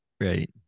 right